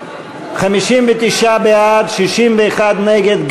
59 בעד, 61 נגד.